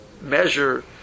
measure